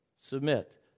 Submit